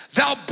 thou